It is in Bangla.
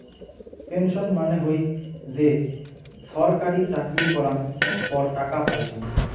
পেনশন মানে হই যে ছরকারি চাকরি করাঙ পর টাকা পাইচুঙ